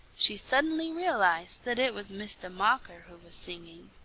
she suddenly realized that it was mistah mocker who was singing.